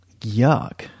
Yuck